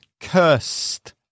Cursed